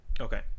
okay